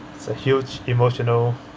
it's a huge emotional